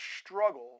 struggle